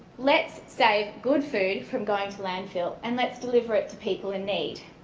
let's save good food from going to landfill and let's deliver it to people in need.